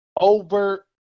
over